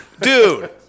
Dude